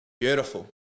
Beautiful